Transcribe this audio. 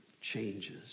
changes